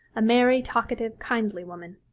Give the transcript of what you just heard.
a merry, talkative, kindly woman.